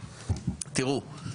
תיראו,